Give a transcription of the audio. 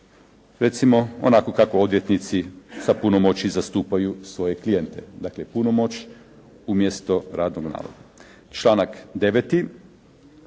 recimo onako kako odvjetnici sa punomoći zastupaju svoje klijente. Dakle, punomoć umjesto radnog naloga. Članak 9.